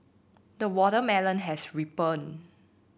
the watermelon has ripened